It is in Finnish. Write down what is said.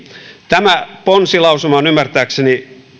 tämä ponsilausuma on ymmärtääkseni